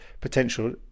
potential